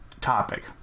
topic